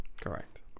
Correct